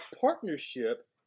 partnership